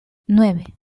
nueve